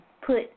put